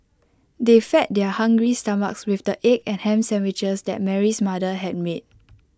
they fed their hungry stomachs with the egg and Ham Sandwiches that Mary's mother had made